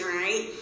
right